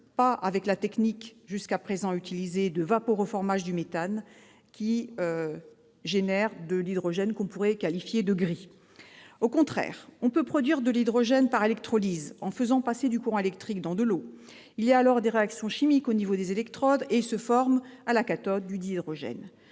sans la technique jusqu'à présent utilisée de vaporeformage du méthane, laquelle génère de l'hydrogène que l'on pourrait qualifier de « gris ». Au contraire, on peut produire de l'hydrogène par électrolyse, en faisant passer du courant électrique dans de l'eau. Il se produit alors des réactions chimiques au niveau des électrodes et il se forme, à la cathode, du dihydrogène.